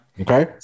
Okay